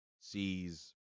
sees